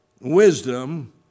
wisdom